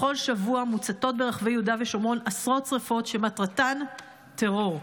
בכל שבוע מוצתות ברחבי יהודה ושומרון עשרות שרפות שמטרתן טרור.